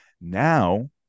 Now